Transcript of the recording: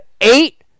eight